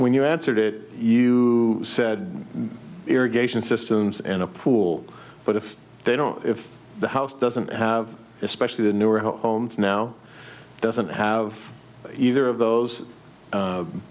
when you answered it you said irrigation systems in a pool but if they don't if the house doesn't especially the newer homes now doesn't have either of those